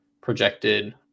projected